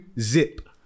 zip